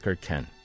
ken